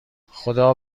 خدا